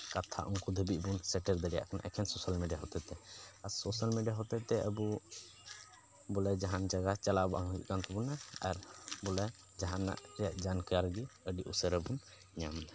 ᱠᱟᱛᱷᱟ ᱩᱱᱠᱩ ᱫᱷᱟᱹᱵᱤᱡ ᱵᱚᱱ ᱥᱮᱴᱮᱨ ᱫᱟᱲᱮᱭᱟᱜ ᱠᱟᱱᱟ ᱮᱠᱮᱱ ᱥᱳᱥᱟᱞ ᱢᱤᱰᱤᱭᱟ ᱦᱚᱛᱮᱡ ᱛᱮ ᱟᱨ ᱥᱳᱥᱟᱞ ᱢᱤᱰᱤᱭᱟ ᱦᱚᱛᱮᱡ ᱛᱮ ᱟᱵᱚ ᱵᱚᱞᱮ ᱡᱟᱦᱟᱱ ᱡᱟᱭᱜᱟ ᱪᱟᱞᱟᱣ ᱵᱟᱝ ᱦᱩᱭᱩᱜ ᱠᱟᱱ ᱛᱟᱵᱚᱱᱟ ᱵᱚᱞᱮ ᱡᱟᱦᱟᱱᱟᱜ ᱪᱮᱫ ᱡᱟᱱ ᱠᱟᱹᱨᱤ ᱜᱮ ᱟᱹᱰᱤ ᱩᱥᱟᱹᱨᱟ ᱵᱚᱱ ᱧᱟᱢᱫᱟ